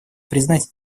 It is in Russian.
признать